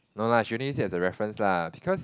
no lah she only use it as a reference lah because